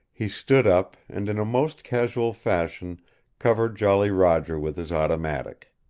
he stood up, and in a most casual fashion covered jolly roger with his automatic.